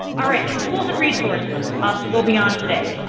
all right, some tools and resources um to go beyond today.